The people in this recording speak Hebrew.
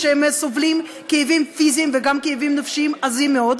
כשהם סובלים כאבים פיזיים וגם כאבים נפשיים עזים מאוד?